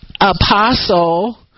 apostle